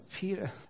Peter